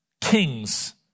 kings